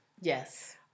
yes